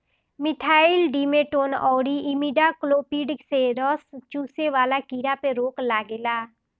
methyl demeton अउरी imidacloprid से रस चुसे वाला कीड़ा पे रोक लागेला